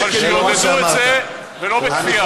אבל שיעודדו את זה, ולא בכפייה.